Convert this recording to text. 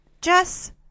Jess